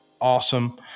awesome